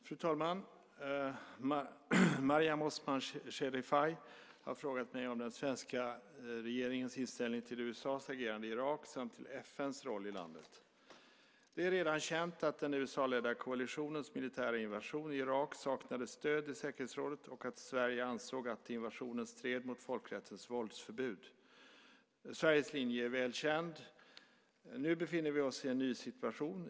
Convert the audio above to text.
Fru talman! Mariam Osman Sherifay har frågat mig om den svenska regeringens inställning till USA:s agerande i Irak samt till FN:s roll i landet. Det är redan känt att den USA-ledda koalitionens militära invasion i Irak saknade stöd i säkerhetsrådet och att Sverige ansåg att invasionen stred mot folkrättens våldsförbud. Sveriges linje är väl känd. Nu befinner vi oss i en ny situation.